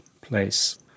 place